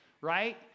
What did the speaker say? right